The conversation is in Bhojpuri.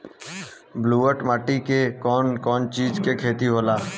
ब्लुअट माटी में कौन कौनचीज के खेती होला?